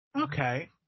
okay